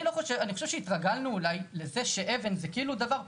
אני חושב שהתרגלנו אולי לזה שאבן זה כאילו דבר פשוט,